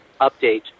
update